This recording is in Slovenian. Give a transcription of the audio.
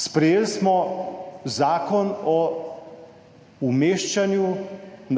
Sprejeli smo Zakon o umeščanju